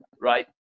Right